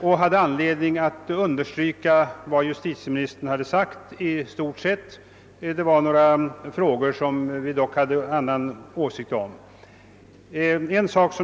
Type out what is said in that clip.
I stort sett kunde jag understryka vad justitieministern hade sagt, men beträffande några frågor hade vi olika åsikter.